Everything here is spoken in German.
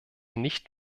nicht